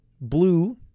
blue